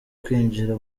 kwinjira